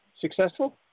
successful